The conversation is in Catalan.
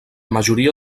majoria